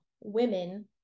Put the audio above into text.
women